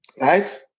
Right